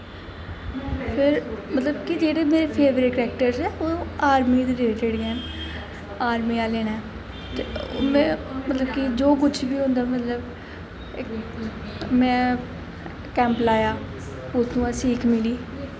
फिर मतलब कि जेह्ड़े मेरे फेवरेट कैरेक्टर न ओह् आर्मी दे रिलेटिड गै न आर्मी आह्ले ने मतलब कि जो कुछ बी होंदा मतलब में कैंप लाया उ'त्थूं दा सीख मिली